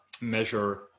measure